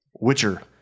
Witcher